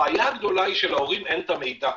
הבעיה הגדולה היא שלהורים אין את המידע.